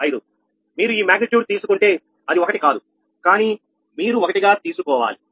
03155 మీరు ఈ మాగ్నిట్యూడ్ తీసుకుంటే అది ఒకటి కాదు కానీ మీరు ఒకటి గా తీసుకోవాలి